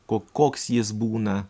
ko koks jis būna